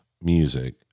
music